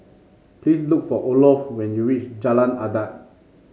please look for Olof when you reach Jalan Adat